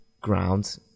ground